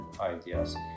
ideas